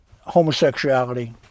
homosexuality